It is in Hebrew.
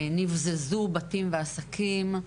נבזזו בתים ועסקים,